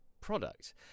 product